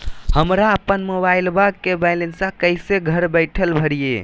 हमरा अपन मोबाइलबा के बैलेंस कैसे घर बैठल भरिए?